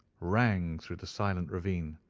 rang through the silent ravine.